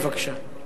בבקשה.